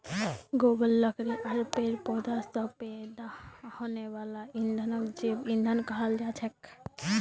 गोबर लकड़ी आर पेड़ पौधा स पैदा हने वाला ईंधनक जैव ईंधन कहाल जाछेक